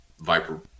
Viper